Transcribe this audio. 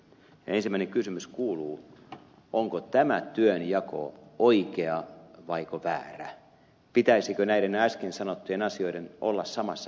ensimmäinen kysymys kuuluu onko tämä työnjako oikea vaiko väärä pitäisikö näiden äsken sanottujen asioiden olla samassa virastossa